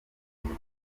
mujyi